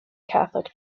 catholic